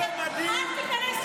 הם היו במדים?